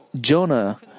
Jonah